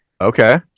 okay